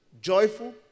joyful